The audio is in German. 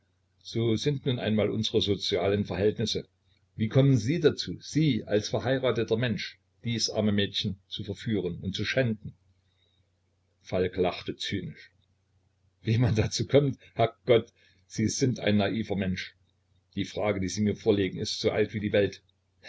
so sind nun einmal unsere sozialen verhältnisse wie kommen sie dazu sie als verheirateter mensch dies arme mädchen zu verführen und zu schänden falk lachte zynisch wie man dazu kommt herr gott sind sie ein naiver mensch die frage die sie mir vorlegen ist alt wie die welt